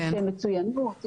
יש מצוינות.